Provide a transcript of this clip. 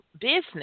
business